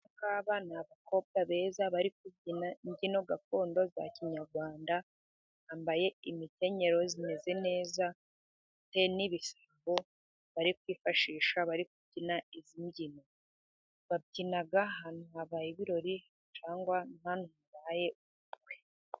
abana babakobwa beza bari kubyina imbyino gakondo za kinyarwanda bambaye imikenyero imeze neza n'ibisabo bari kwifashisha bari kubyina i mbyino babyina ahantu habaye ibirori cyangwa hakorewe ubukwe.